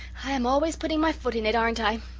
i am always putting my foot in it, aren't i?